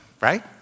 right